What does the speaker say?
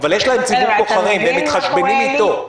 אבל יש להם ציבור בוחרים והם מתחשבנים איתו.